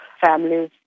families